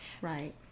Right